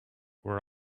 were